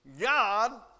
God